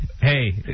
Hey